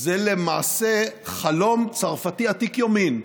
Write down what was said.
זה למעשה חלום צרפתי עתיק יומין.